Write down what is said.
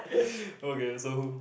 okay so who